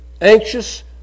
anxious